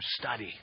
study